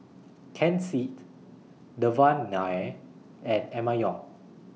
Ken Seet Devan Nair and Emma Yong